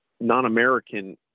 non-American